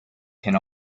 can